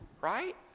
Right